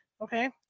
Okay